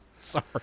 Sorry